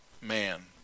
man